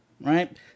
right